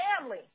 family